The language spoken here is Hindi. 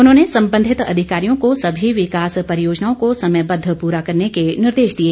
उन्होंने संबंधित अधिकारियों को सभी विकास परियोजनाओं को समयबद्व पूरा करने के निर्देश दिए